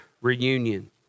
reunion